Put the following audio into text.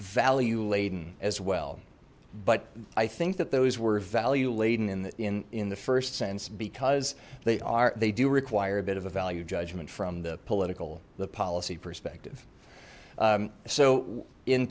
value laden as well but i think that those were value laden in the in in the first sense because they are they do require a bit of a value judgment from the political the policy perspective so in